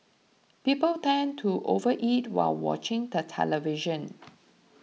people tend to overeat while watching the television